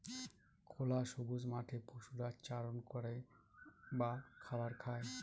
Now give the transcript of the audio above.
খোলা সবুজ মাঠে পশুরা চারণ করে বা খাবার খায়